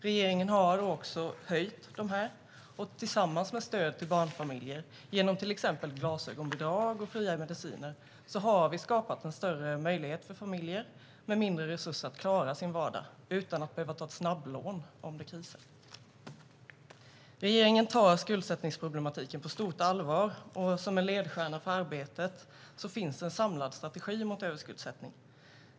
Regeringen har höjt dessa, och tillsammans med stöd till barnfamiljer genom till exempel glasögonbidrag och fria mediciner har vi skapat en större möjlighet för familjer med mindre resurser att klara sin vardag utan att behöva ta ett snabblån om det krisar. Regeringen tar skuldsättningsproblematiken på stort allvar, och som en ledstjärna för arbetet finns en samlad strategi mot överskuldsättning.